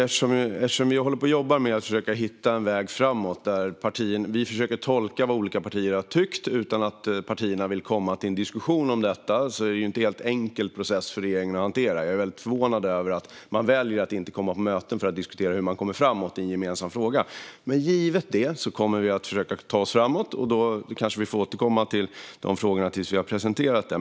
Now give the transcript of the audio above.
Fru talman! Vi håller på och jobbar med att försöka hitta en väg framåt. Vi försöker tolka vad olika partier har tyckt. Eftersom partierna inte vill komma till en diskussion om detta är det inte en helt enkel process för regeringen att hantera. Jag är väldigt förvånad över att partierna väljer att inte komma på möten för att diskutera hur man ska komma framåt i en gemensam fråga. Givet detta kommer vi att försöka ta oss framåt, och vi får kanske återkomma till de frågorna när vi har presenterat det.